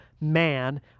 man